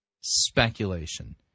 speculation